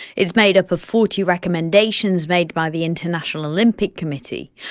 it's made up of forty recommendations made by the international olympic committee,